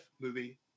movie